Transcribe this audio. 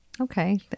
Okay